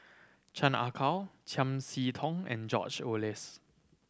Chan Ah Kow Chiam See Tong and George Oehlers